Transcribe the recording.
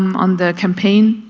on the campaign,